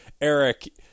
Eric